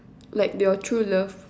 like your true love